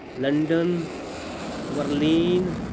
London Berlin